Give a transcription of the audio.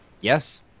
Yes